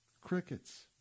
Crickets